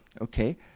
Okay